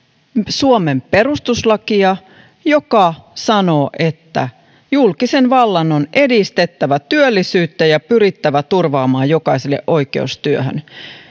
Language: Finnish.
suomen perustuslakia joka sanoo että julkisen vallan on edistettävä työllisyyttä ja pyrittävä turvaamaan jokaiselle oikeus työhön